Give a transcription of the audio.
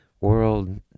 world